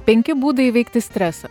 penki būdai įveikti stresą